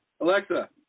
Alexa